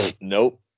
Nope